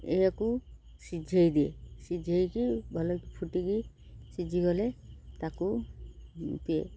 ଏହାକୁ ସିଝାଇ ଦିଏ ସିଝାଇକି ଭଲକି ଫୁଟିକି ସିଝିଗଲେ ତାକୁ ପିଏ